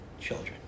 children